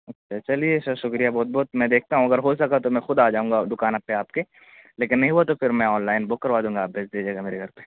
اچھا چلیے سر شکریہ بہت بہت میں دیکھتا ہوں اگر ہو سکا تو میں خود آ جاؤں گا دکان اب کے آپ کے لیکن نہیں ہوا تو پھر میں آن لائن بک کروا دوں گا آپ بھیج دیجیے گا میرے گھر پہ